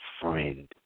friend